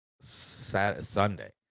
Sunday